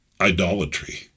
idolatry